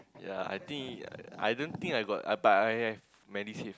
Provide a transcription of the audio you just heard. ya I think ya ya I don't think I got but I have Medisave